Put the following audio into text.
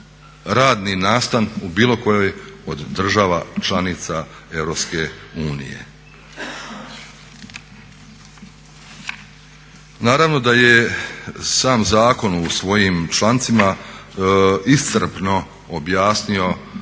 radni nastan u bilo kojoj od država članica Europske unije. Naravno da je sam zakon u svojim člancima iscrpno objasnio